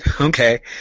Okay